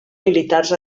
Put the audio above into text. militars